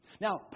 Now